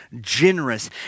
generous